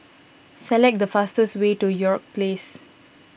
select the fastest way to York Place